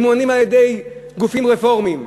הם ממומנים על-ידי גופים רפורמיים.